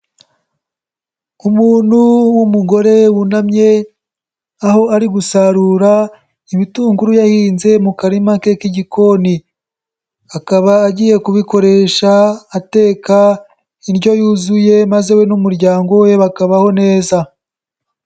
Umuntu w'umugore wunamye aho ari gusarura ibitunguru yahinze mu karima ke k'igikoni, akaba agiye kubikoresha ateka indyo yuzuye maze we n'umuryango we bakabaho neza.